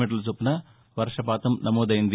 మీ చొప్పున వర్వపాతం నమోదైంది